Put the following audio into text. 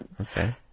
Okay